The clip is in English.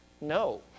no